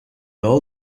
all